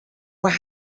were